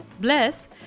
Bless